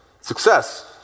success